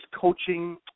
coaching